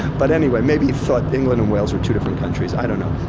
but anyway, maybe he thought england and wales are two different countries. i don't know.